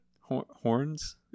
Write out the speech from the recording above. horns